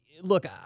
Look